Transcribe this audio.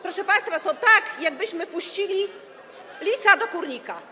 Proszę państwa, to tak, jakbyśmy wpuścili lisa do kurnika.